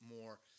more